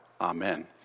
Amen